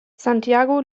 santiago